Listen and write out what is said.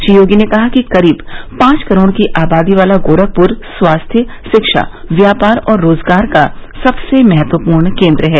श्री योगी ने कहा कि करीब पांच करोड़ की आबादी वाला गोरखपुर स्वास्थ्य शिक्षा व्यापार और रोजगार का सबसे महत्वपूर्ण केन्द्र है